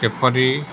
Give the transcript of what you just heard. କିପରି